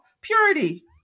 purity